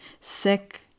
Sick